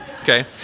okay